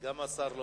גם השר לא